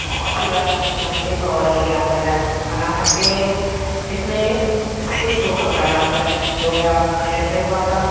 बहुत ही ज़्यादा रोमांचित और ज्ञानवर्धक बना सकते हैं इसमें इस इस सो का प्रारंभ दो हज़ार छः से हुआ था